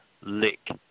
lick